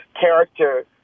character